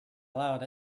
allowed